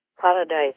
paradise